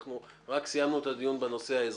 אנחנו רק סיימנו את הדיון בנושא האזרחי.